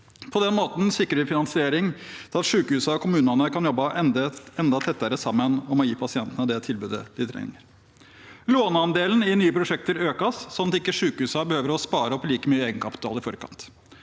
På den måten sikrer vi finansiering til at sykehusene og kommunene kan jobbe enda tettere sammen om å gi pasientene det tilbudet de trenger. Låneandelen i nye prosjekter økes, slik at sykehusene ikke behøver å spare opp like mye egenkapital i forkant.